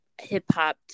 hip-hop